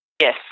Yes